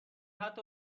حتا